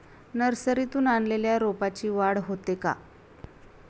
नर्सरीतून आणलेल्या रोपाची वाढ होते का?